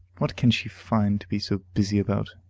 what can she find to be so busy about,